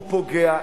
הוא פוגע,